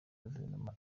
guverinoma